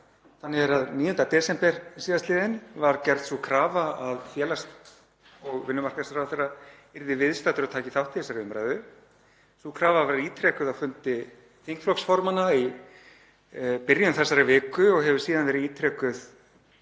Þannig er að 9. desember sl. var gerð sú krafa að félags- og vinnumarkaðsráðherra yrði viðstaddur og tæki þátt í þessari umræðu. Sú krafa var ítrekuð á fundi þingflokksformanna í byrjun þessarar viku og hefur síðan verið ítrekuð